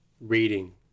reading